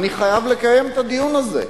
אני חייב לקיים את הדיון הזה.